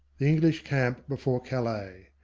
the english camp before calais.